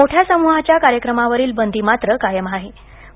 मोठ्या सम्रहाच्या कार्यक्रमावरील बंदीमात्र कायम राहणार आहे